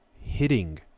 hitting